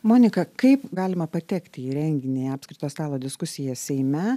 monika kaip galima patekti į renginį apskrito stalo diskusija seime